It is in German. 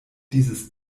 dieses